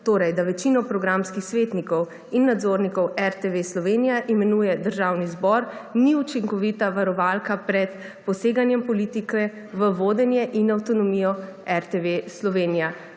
to je, da večino programskih svetnikov in nadzornikov RTV Slovenija imenuje Državni zbor, ni učinkovita varovalka pred poseganjem politike v vodenje in avtonomijo RTV Slovenija.